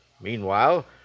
Meanwhile